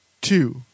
two